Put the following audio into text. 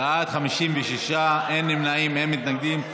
בעד, 56, אין נמנעים או מתנגדים.